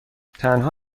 تنها